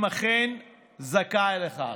אם אכן הוא זכאי לכך.